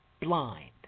blind